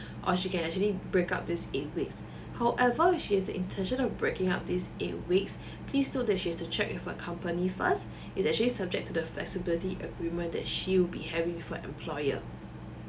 or she can actually break up this eight weeks however she is intention of breaking up this eight weeks please note that she has to check with her company first is actually subject to the flexibility agreement that she will be having for employer